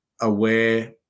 aware